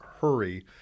hurry